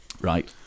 Right